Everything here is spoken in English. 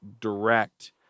Direct